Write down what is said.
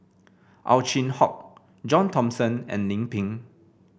Ow Chin Hock John Thomson and Lim Pin